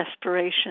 desperation